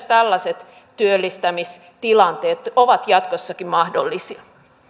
tällaiset työllistämistilanteet ovat jatkossakin mahdollisia